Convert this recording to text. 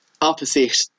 opposite